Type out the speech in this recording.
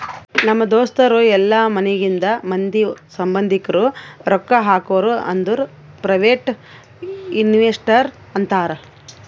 ನಮ್ ದೋಸ್ತರು ಇಲ್ಲಾ ಮನ್ಯಾಗಿಂದ್ ಮಂದಿ, ಸಂಭಂದಿಕ್ರು ರೊಕ್ಕಾ ಹಾಕುರ್ ಅಂದುರ್ ಪ್ರೈವೇಟ್ ಇನ್ವೆಸ್ಟರ್ ಅಂತಾರ್